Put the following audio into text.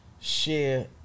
share